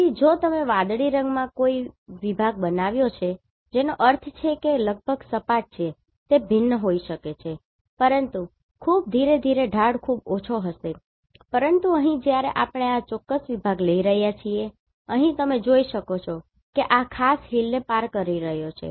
તેથી જો તમે વાદળી રંગમાં અહીં કોઈ વિભાગ બનાવ્યો છે જેનો અર્થ છે કે તે લગભગ સપાટ છે તે ભિન્ન હોઈ શકે છે પરંતુ ખૂબ ધીરે ધીરે ઢાળ ખૂબ ઓછો હશે પરંતુ અહીં જ્યારે આપણે આ ચોક્કસ વિભાગ લઈ રહ્યા છીએ અહીં તમે જોઈ શકો છો કે તે આ ખાસ હિલને પાર કરી રહ્યો છે